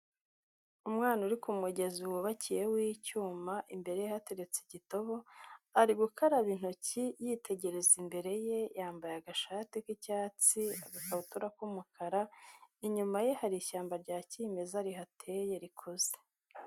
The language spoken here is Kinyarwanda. Umwana uri ku mugezi wubakiye w'icyuma imbere ye hateretse ikidobo, ari gukaraba intoki yitegereza imbere ye, yambaye agashati k'icyatsi agakabutura k'umukara, inyuma ye hari ishyamba rya kimeza rihateye rikoze.